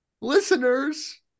listeners